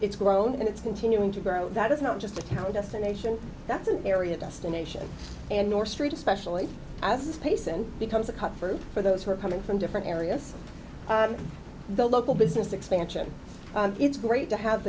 it's grown and it's continuing to grow that it's not just a town destination that's an area destination and north st especially as a space and becomes a cut for for those who are coming from different areas of the local business expansion and it's great to have